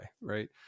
right